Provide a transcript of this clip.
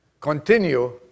continue